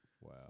Wow